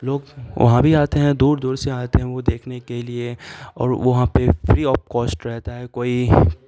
لوگ وہاں بھی آتے ہیں دور دور سے آتے ہیں وہ دیکھنے کے لیے اور وہاں پہ فری آپ کوسٹ رہتا ہے کوئی